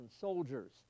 soldiers